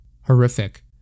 Horrific